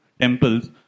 temples